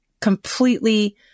completely